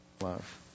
love